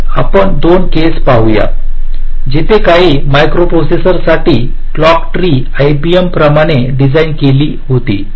तर आपण 2 केस पाहूया जिथे काही मायक्रोप्रोसेसरस साठी क्लॉक ट्री आयबीएम प्रमाणे डिझाइन केली होती